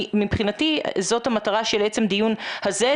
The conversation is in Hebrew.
מבחינתי זאת המטרה של עצם הדיון הזה,